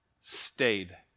Stayed